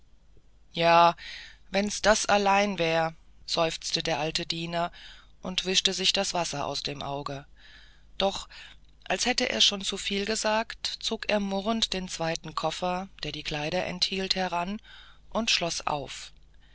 ja wenn's das allein wäre seufzte der alte diener und wischte sich das wasser aus dem auge doch als hätte er schon zu viel gesagt zog er murrend den zweiten koffer der die kleider enthielt heran und schloß auf